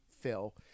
Phil